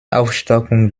aufstockung